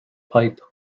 pipe